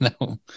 No